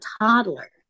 toddler